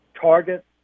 target